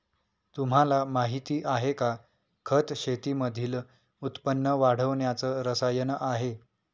तुम्हाला माहिती आहे का? खत शेतीमधील उत्पन्न वाढवण्याच रसायन आहे